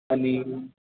आणि